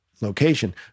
location